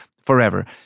forever